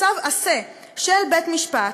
"צו עשה" של בית-משפט.